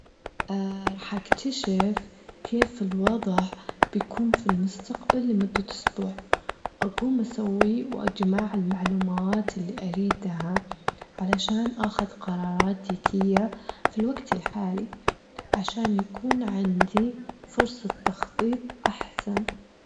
راح أكتشف كيف الوضع بيكون في المستقبل لمدة أسبوع، أجوم أسوي وأجمع المعلومات اللي أريدها علشان أخد قرارات ذكية في الوجت الحالي، عشان يكون عندي فرصة تخطيط أحسن.